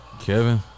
Kevin